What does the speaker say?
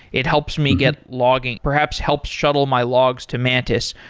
it helps me get logging, perhaps help shuttle my logs to mantis.